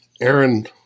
Aaron